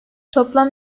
toplam